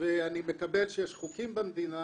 ואני מקבל שיש חוקים במדינה,